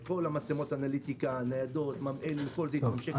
מצלמות אנליטיקה, ניידות, ממא"ל כל זה יתממשק.